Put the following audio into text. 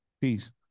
Peace